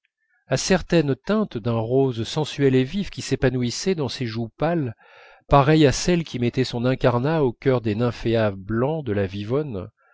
à certaine teinte d'un rose sensuel et vif qui s'épanouissait dans ses joues pâles pareille à celle qui mettait son incarnat au cœur des nymphéas blancs de la vivonne